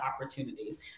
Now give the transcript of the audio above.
opportunities